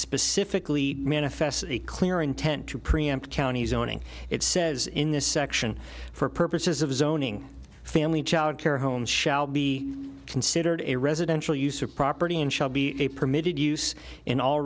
specifically manifests as a clear intent to preempt county zoning it says in this section for purposes of zoning family child care homes shall be considered a residential use of property and shall be a permitted use in all